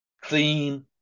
clean